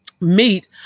meet